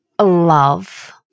love